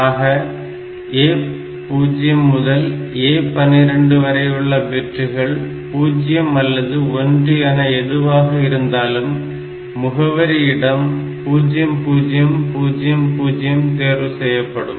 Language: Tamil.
ஆக A0 முதல் A12 வரையுள்ள பிட்டுகள் 0 அல்லது 1 என எதுவாக இருந்தாலும் முகவரி இடம் 0000 தேர்வு செய்யப்படும்